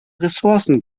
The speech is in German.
ressourcen